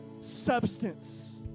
substance